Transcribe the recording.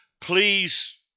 please